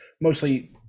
mostly